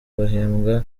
bahembwa